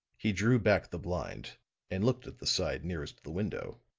he drew back the blind and looked at the side nearest the window.